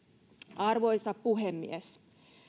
arvoisa puhemies